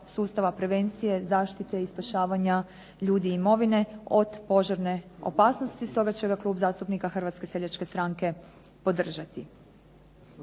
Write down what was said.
sustava prevencije, zaštite i spašavanja ljudi i imovine od požarne opasnosti, stoga će ga Klub zastupnika Hrvatske seljačke stranke podržati.